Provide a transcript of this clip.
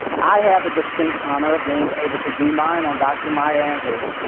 i had the distinct honor of being able to do mine on dr. maya angelou